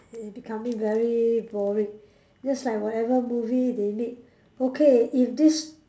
becoming very boring just like whatever movie they make okay if this